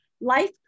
life